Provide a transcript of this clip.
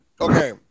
okay